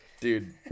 Dude